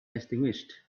extinguished